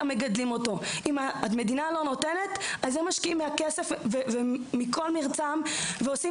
אם המדינה לא נותנת אז הם משקיעים את כל כספם ומרצם ועושים